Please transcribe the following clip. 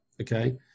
okay